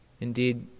Indeed